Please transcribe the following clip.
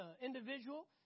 individual